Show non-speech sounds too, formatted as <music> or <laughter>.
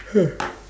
<noise>